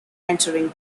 entering